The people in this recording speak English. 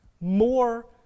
more